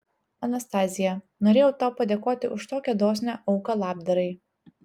anastazija norėjau tau padėkoti už tokią dosnią auką labdarai